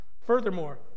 Furthermore